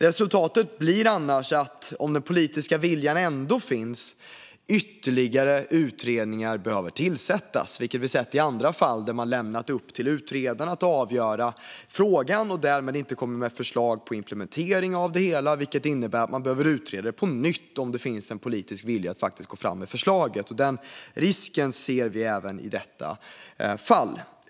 Resultatet blir annars att, om den politiska viljan ändå finns, ytterligare utredningar måste tillsättas. Det har vi sett i andra fall där man har lämnat till utredaren att avgöra frågan och därmed inte kommit med förslag på implementering av det hela. Det innebär att man behöver utreda på nytt om det finns en politisk vilja att faktiskt gå fram med förslaget. Den risken ser vi även i detta fall.